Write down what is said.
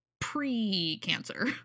pre-cancer